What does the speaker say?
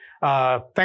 thanks